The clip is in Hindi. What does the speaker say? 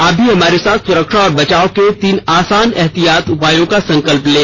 आप भी हमारे साथ सुरक्षा और बचाव के तीन आसान एहतियाती उपायों का संकल्प लें